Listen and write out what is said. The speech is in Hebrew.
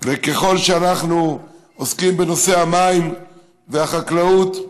וככל שאנחנו עוסקים בנושא המים והחקלאות,